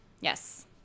Yes